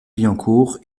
billancourt